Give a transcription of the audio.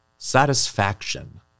satisfaction